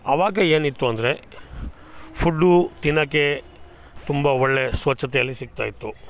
ಅವಾಗ ಏನಿತ್ತು ಅಂದರೆ ಫುಡ್ಡು ತಿನ್ನಕ್ಕೆ ತುಂಬ ಒಳ್ಳೆಯ ಸ್ವಚ್ಛತೆಯಲ್ಲಿ ಸಿಗ್ತಾ ಇತ್ತು